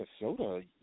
Minnesota